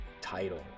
title